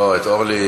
גם בגלל העניין,